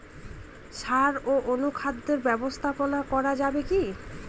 সাড় ও অনুখাদ্য ব্যবস্থাপনা করা যাবে কি?